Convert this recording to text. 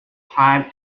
climb